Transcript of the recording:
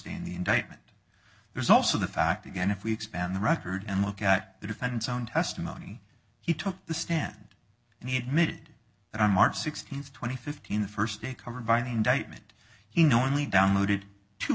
day in the indictment there's also the fact again if we expand the record and look at the defendant's own testimony he took the stand and he admitted that on march sixteenth twenty fifteen the first day covered by the indictment he knowingly downloaded t